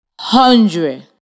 hundred